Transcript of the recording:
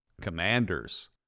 commanders